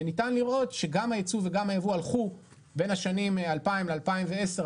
ניתן לראות גם היצוא וגם היבוא הלכו בין השנים 2000 ל-2009,